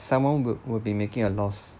someone will will be making a loss